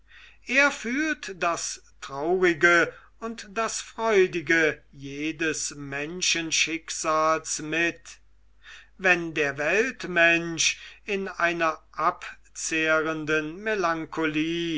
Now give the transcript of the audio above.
er fühlt das traurige und das freudige jedes menschenschicksals mit wenn der weltmensch in einer abzehrenden melancholie